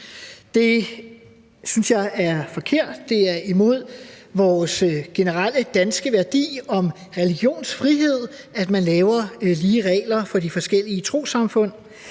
Det synes jeg er forkert; det er imod den generelle danske værdi religionsfrihed, altså hvor man laver lige regler for de forskellige trossamfund.